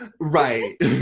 right